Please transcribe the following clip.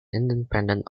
independent